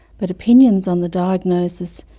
but opinions on the diagnosis,